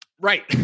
right